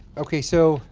ok, so